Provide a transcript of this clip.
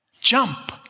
jump